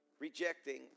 Rejecting